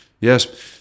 Yes